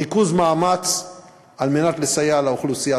ריכוז המאמץ על מנת לסייע לאוכלוסייה